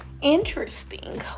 Interesting